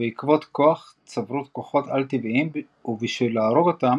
ובעקבות כוח צברו כוחות על טבעיים ובשביל להרוג אותם,